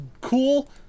cool